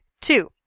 Two